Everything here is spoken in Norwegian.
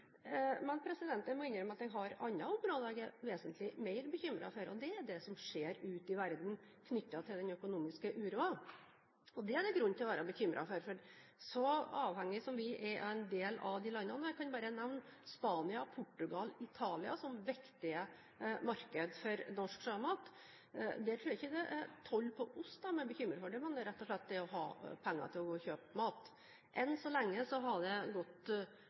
jeg må innrømme at jeg har andre områder jeg er vesentlig mer bekymret for, og det er det som skjer ute i verden knyttet til den økonomiske uroen. Det er det grunn til å være bekymret for, for vi er avhengige av en del av de landene. Jeg kan nevne Spania, Portugal og Italia, som er viktige marked for norsk sjømat. Der tror jeg ikke det er toll på ost de er bekymret for, det er mer rett og slett det å ha penger til å kjøpe mat. Enn så lenge har det gått